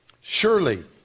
Surely